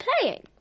playing